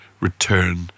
return